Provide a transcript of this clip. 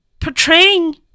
Portraying